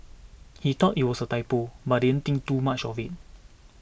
he thought it was a typo but it think too much of it